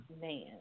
Man